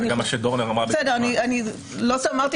זה גם מה שדורנר אמרה --- לא שאמרתי